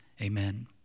Amen